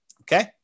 Okay